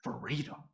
freedom